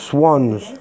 Swans